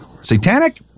Satanic